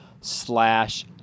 slash